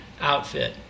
outfit